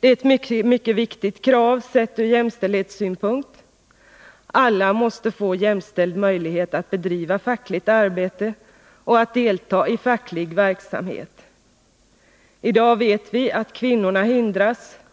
Det är ett mycket viktigt krav sett ur jämställdhetssynpunkt — alla måste få jämställd möjlighet att bedriva fackligt arbete och att 81 delta i facklig verksamhet. I dag vet vi att kvinnorna,